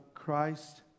Christ